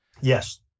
Yes